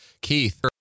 Keith